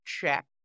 Check